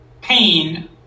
pain